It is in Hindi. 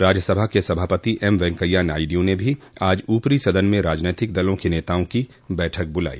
राज्यसभा के सभापति एम वेंकैया नायडु ने भी आज ऊपरी सदन में राजनीतिक दलों के नेताओं की बैठक बुलाई